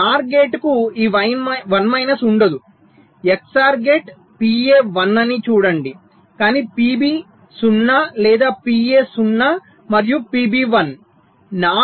NOR gate కు ఈ 1 minus ఉండదు XOR గేట్ PA 1 అని చూడండి కాని PB 0 లేదా PA 0 మరియు PB 1